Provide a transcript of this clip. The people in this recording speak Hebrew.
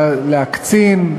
להקצין,